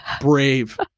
Brave